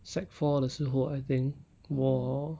sec four 的时候 I think 我